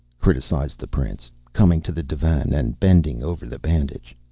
criticized the prince, coming to the divan and bending over the bandage.